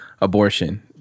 abortion